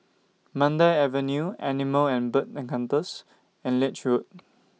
Mandai Avenue Animal and Bird Encounters and Lange Road